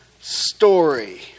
story